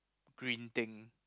green thing